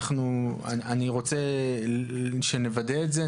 אני רוצה שנוודא את זה.